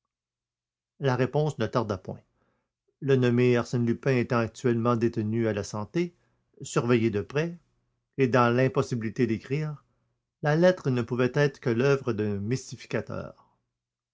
la réponse ne tarda point le nommé arsène lupin étant actuellement détenu à la santé surveillé de près et dans l'impossibilité d'écrire la lettre ne pouvait être que l'oeuvre d'un mystificateur